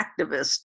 activist